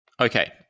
Okay